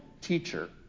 teacher